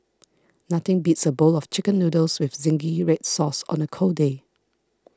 nothing beats a bowl of Chicken Noodles with Zingy Red Sauce on a cold day